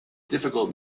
difficult